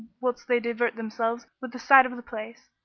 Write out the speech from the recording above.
whilst they divert themselves with the sight of the place,